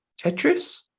Tetris